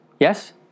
Yes